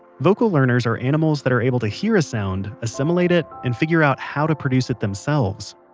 vocal learners are animals that are able to hear a sound, assimilate it, and figure out how to produce it themselves.